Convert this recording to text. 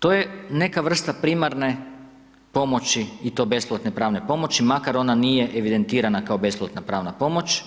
To je neka vrsta primarne pomoći i to besplatne pravne pomoći makar ona nije evidentirana kao besplatna pravna pomoć,